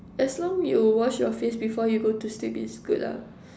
as long you wash your face before you go to sleep is good lah